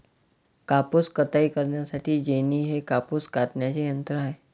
कापूस कताई करण्यासाठी जेनी हे कापूस कातण्याचे यंत्र आहे